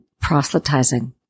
proselytizing